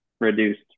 reduced